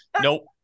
nope